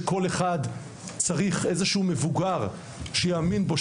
שכל אחד צריך איזשהו מבוגר שיאמין בו,